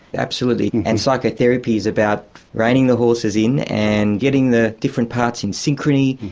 absolutely, and psychotherapy is about reining the horses in and getting the different parts in synchrony,